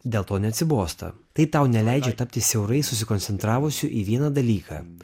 dėl to neatsibosta tai tau neleidžia tapti siaurai susikoncentravusiu į vieną dalyką